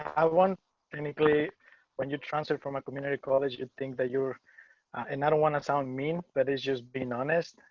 i want but and to play when you translate from a community college it think that and i don't want to sound mean but it's just being honest.